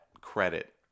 credit